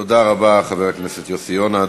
תודה רבה, חבר הכנסת יוסי יונה.